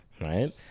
right